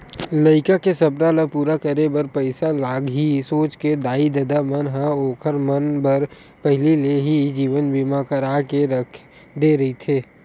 लइका के सपना ल पूरा करे बर पइसा लगही सोच के दाई ददा मन ह ओखर मन बर पहिली ले ही जीवन बीमा करा के रख दे रहिथे